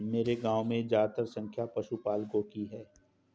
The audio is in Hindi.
मेरे गांव में ज्यादातर संख्या पशुपालकों की है